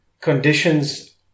conditions